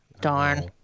darn